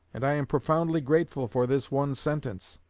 and i am profoundly grateful for this one sentence.